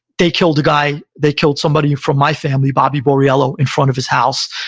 they killed a guy. they killed somebody from my family, bobby borriello, in front of his house.